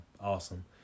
awesome